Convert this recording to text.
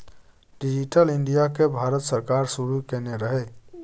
digital India केँ भारत सरकार शुरू केने रहय